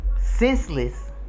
senseless